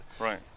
right